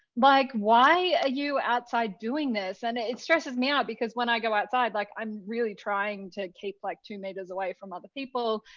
like why are ah you outside doing this? and it stresses me out, because when i go outside, like i'm really trying to keep like two meters away from other people,